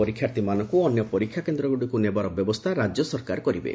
ପରୀକ୍ଷାର୍ଥୀମାନଙ୍କ ଅନ୍ୟ ପରୀକ୍ଷା କେନ୍ଦ୍ରଗୁଡ଼ିକୁ ନେବାର ବ୍ୟବସ୍ଥା ରାଜ୍ୟ ସରକାର କରିବେ